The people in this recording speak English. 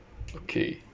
okay